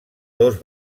dos